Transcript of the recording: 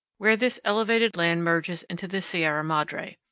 where this elevated land merges into the sierra madre.